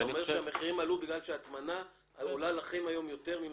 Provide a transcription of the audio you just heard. אתה אומר שהמחירים עלו בגלל שההטמנה עולה לכם יותר.